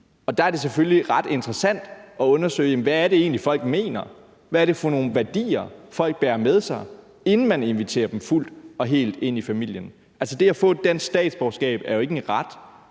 og der er det selvfølgelig ret interessant at undersøge, hvad det egentlig er, folk mener, og hvad det er for nogle værdier, folk bærer med sig, inden man inviterer dem fuldt og helt ind i familien. Altså, det at få et dansk statsborgerskab er ikke en ret;